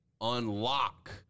unlock